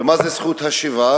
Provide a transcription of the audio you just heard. ומה זה זכות השיבה?